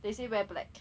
they say wear black